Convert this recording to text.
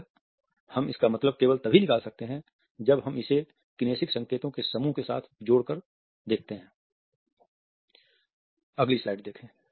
अतः हम इसका मतलब केवल तभी निकल सकते है जब हम इसे किनेसिक संकेतों के समूह के साथ जोड़ कर देखते हैं